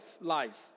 Life